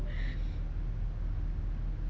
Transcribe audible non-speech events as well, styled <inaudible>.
<breath>